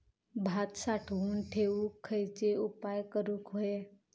भात साठवून ठेवूक खयचे उपाय करूक व्हये?